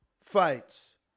fights